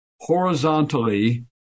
horizontally